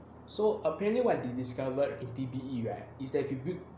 so apparently what they discovered at P_B_E right is that if you build